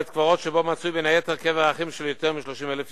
בית-קברות שבו מצוי בין היתר קבר אחים של יותר מ-30,000 יהודים.